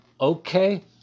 Okay